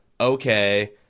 Okay